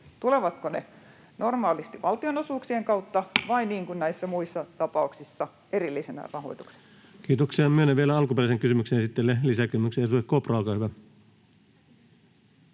tulevatko ne normaalisti valtionosuuksien kautta vai niin kuin näissä muissa tapauksissa erillisenä rahoituksena. Kiitoksia. — Myönnän vielä alkuperäisen kysymyksen esittäjälle lisäkysymyksen. — Edustaja Kopra, olkaa hyvä.